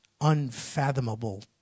unfathomable